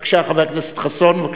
בבקשה, חבר הכנסת חסון.